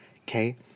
Okay